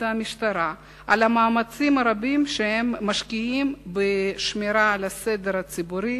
המשטרה על המאמצים הרבים שהם משקיעים בשמירה על הסדר הציבורי